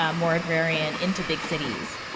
ah more agrarian, into big cities.